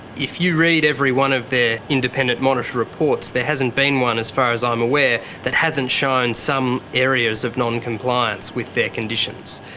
if you read every one of their independent monitor reports, there hasn't been one, as far as i'm aware, that hasn't shown some areas of non-compliance with their conditions.